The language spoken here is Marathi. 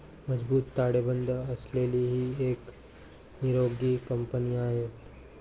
मजबूत ताळेबंद असलेली ही एक निरोगी कंपनी आहे